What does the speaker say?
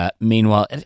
Meanwhile